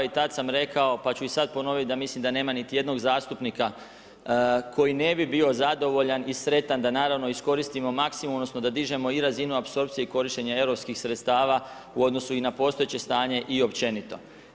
I tad sam rekao, pa ću i sad ponoviti da mislim da nema ni jednog zastupnika koji ne bi bio zadovoljan i sretan da naravno iskoristimo maksimum, odnosno da dižemo i razinu apsorpcije i korištenje europskih sredstava u odnosu i na postojeće stanje i općenito.